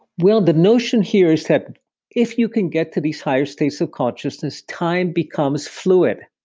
well, the notion here is that if you can get to these higher states of consciousness, time becomes fluid.